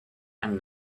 and